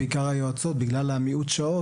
בעיקר היועצות בגלל המיעוט שעות ,